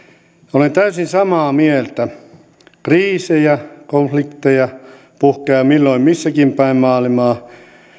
olen täysin samaa mieltä kriisejä konflikteja puhkeaa milloin missäkin päin maailmaa